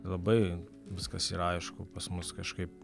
labai viskas yra aišku pas mus kažkaip